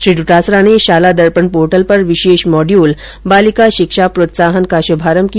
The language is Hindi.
श्री डोटासरा ने शाला दर्पण पोर्टल पर विशेष मोड्यूल बालिका शिक्षा प्रोत्साहन का श्भारंभ किया